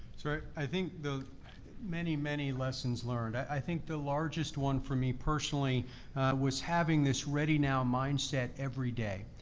so i think the many, many lessons learned. i think the largest one for me personally was having this ready now mindset every day.